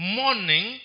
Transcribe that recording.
morning